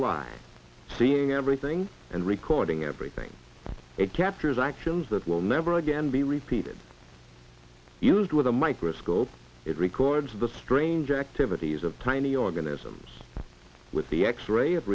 live seeing everything and recording everything it captures actions that will never again be repeated used with a microscope it records the strange activities of tiny organisms with the x ray of